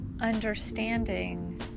understanding